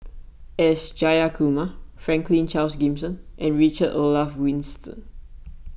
S Jayakumar Franklin Charles Gimson and Richard Olaf Winstedt